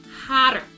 hotter